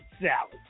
salad